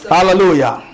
Hallelujah